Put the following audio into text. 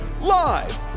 live